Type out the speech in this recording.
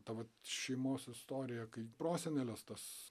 ta vat šeimos istorija kaip prosenelės tas